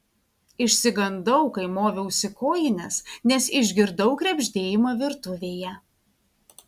išsigandau kai moviausi kojines nes išgirdau krebždėjimą virtuvėje